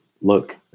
look